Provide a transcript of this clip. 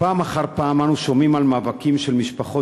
פעם אחר פעם אנו שומעים על מאבקים של משפחות